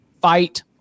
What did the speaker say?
Fight